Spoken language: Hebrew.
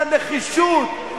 לנחישות,